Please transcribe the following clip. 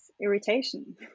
irritation